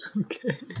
okay